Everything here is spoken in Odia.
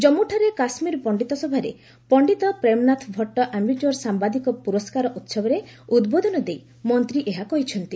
ଜନ୍ମୁଠାରେ କାଶ୍ମୀର ପଣ୍ଡିତ ସଭାରେ ପଣ୍ଡିତ ପ୍ରେମନାଥ ଭଟ୍ଟ ଆମଟ୍ୟର୍ ସାମ୍ଭାଦିକ ପୁରସ୍କାର ଉହବରେ ଉଦ୍ବୋଧନ ଦେଇ ମନ୍ତ୍ରୀ ଏହା କହିଛନ୍ତି